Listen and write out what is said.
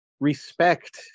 respect